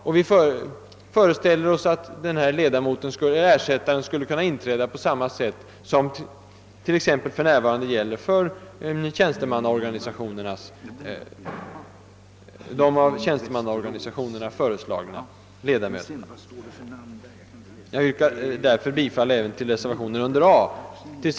Och vi föreställer oss att den ledamoten skall kunna inträda på samma sätt som nu sker beträffande de av tjänstemannaorganisationerna föreslagna ledamöterna. Jag yrkar därför bifall även till reservationen I under moment A.